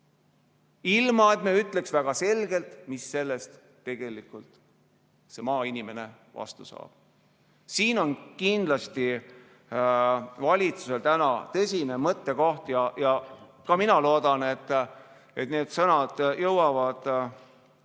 ilma et me ütleks väga selgelt, mida selle eest see maainimene tegelikult vastu saab. Siin on kindlasti valitsusel täna tõsine mõttekoht. Ka mina loodan, et need sõnad jõuavad